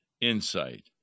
insight